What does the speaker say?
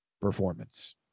performance